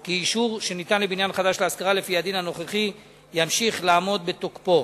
כי אישור שניתן לבניין חדש להשכרה לפי הדין הנוכחי ימשיך לעמוד בתוקפו.